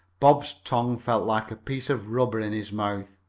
bob's tongue felt like a piece of rubber in his mouth.